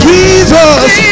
Jesus